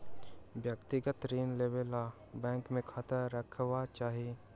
व्यक्तिगत ऋण लेबा लेल बैंक मे खाता रहबाक चाही